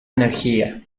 energía